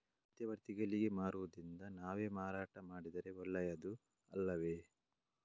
ಮಧ್ಯವರ್ತಿಗಳಿಗೆ ಮಾರುವುದಿಂದ ನಾವೇ ಮಾರಾಟ ಮಾಡಿದರೆ ಒಳ್ಳೆಯದು ಅಲ್ಲವೇ?